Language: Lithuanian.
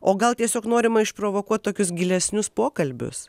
o gal tiesiog norima išprovokuot tokius gilesnius pokalbius